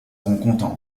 rencontrent